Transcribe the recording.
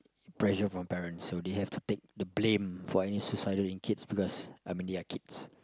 pressure from parents so they have to take the blame for any suicidal in kids because I mean they are kids